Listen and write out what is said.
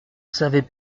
savais